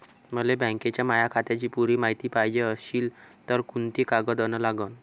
मले बँकेच्या माया खात्याची पुरी मायती पायजे अशील तर कुंते कागद अन लागन?